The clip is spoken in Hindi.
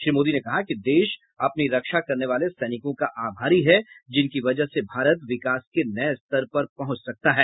श्री मोदी ने कहा कि देश अपनी रक्षा करने वाले सैनिकों का आभारी हैं जिनकी वजह से भारत विकास के नए स्तर पर पहुंच सकता है